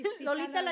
Lolita